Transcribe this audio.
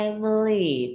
Emily